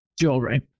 Jewelry